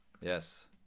Yes